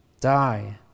die